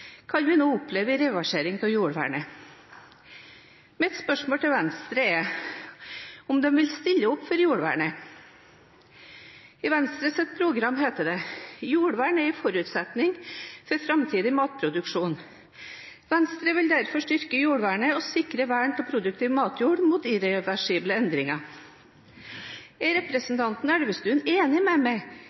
kan vi nå oppleve reversering av jordvernet. Mitt spørsmål til Venstre er om de vil stille opp for jordvernet. I Venstres program heter det: «Jordvern er en forutsetning for fremtidig matproduksjon. Venstre vil derfor styrke jordvernet og sikre vern av produktiv matjord med irreversible endringer.» Er representanten Elvestuen enig med meg